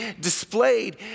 displayed